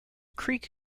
creek